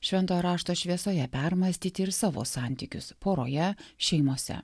šventojo rašto šviesoje permąstyti ir savo santykius poroje šeimose